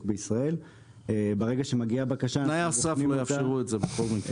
בישראל -- תנאי הסף לא יאפשרו את זה בכל מקרה.